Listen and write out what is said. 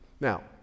Now